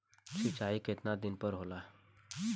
सिंचाई केतना दिन पर होला?